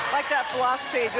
like that philosophy,